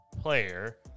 player